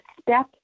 step